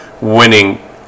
winning